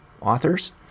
authors